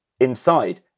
inside